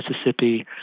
Mississippi